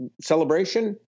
celebration